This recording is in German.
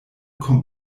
kommt